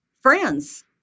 friends